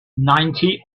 ninety